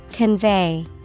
Convey